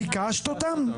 ביקשת אותם?